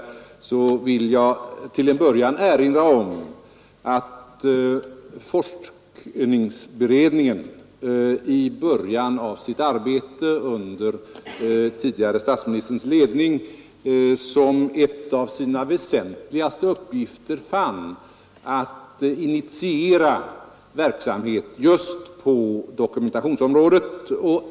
Till en början vill jag erinra om att forskningsberedningen i början av sitt arbete under den tidigare statsministerns ledning såsom en av sina väsentligaste uppgifter fann vara att man borde initiera verksamhet just på dokumentationsområdet.